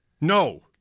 No